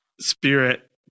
spirit